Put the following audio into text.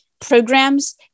programs